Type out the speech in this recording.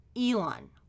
Elon